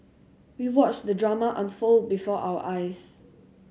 we watched the drama unfold before our eyes